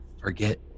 forget